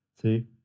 See